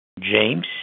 James